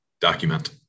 document